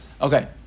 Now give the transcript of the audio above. Okay